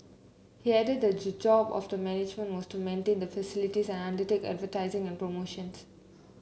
he added that job of the management was to maintain the facilities and undertake advertising and promotions